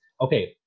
Okay